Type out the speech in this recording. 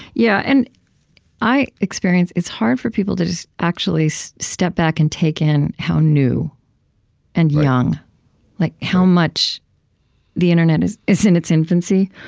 yeah, and i experience it's hard for people to just actually step back and take in how new and young like how much the internet is is in its infancy,